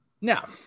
Now